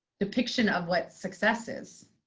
depiction of what success is.